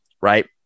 right